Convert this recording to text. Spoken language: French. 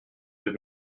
deux